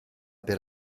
per